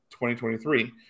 2023